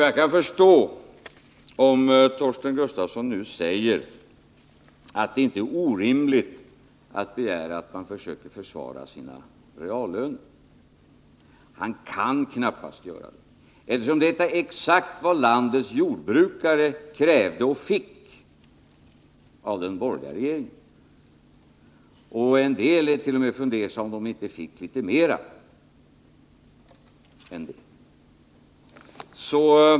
Jag kan förstå att Torsten Gustafsson nu säger att det inte är orimligt att man försöker bevara sin reallön. Han kan knappast göra något annat, eftersom det är exakt vad landets jordbrukare krävde och fick av den borgerliga regeringen. En del undrar om de intet.o.m. fick litet mer.